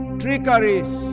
trickeries